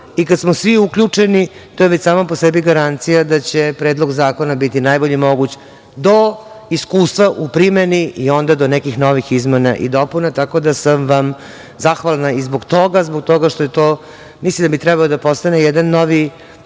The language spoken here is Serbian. i kad smo svi uključeni, to je već sama po sebi garancija, da će predlog zakona biti najbolji moguć, do iskustva u primeni i onda do nekih novih izmena i dopuna, tako da sam vam zahvalna i zbog toga i zbog toga što mislim da bi trebalo da postane jedan novi